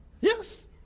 Yes